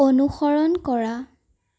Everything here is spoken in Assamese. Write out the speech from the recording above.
অনুসৰণ কৰা